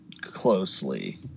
closely